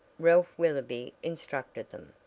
ralph willoby instructed them.